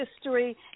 history